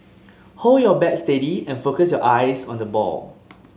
hold your bat steady and focus your eyes on the ball